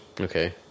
Okay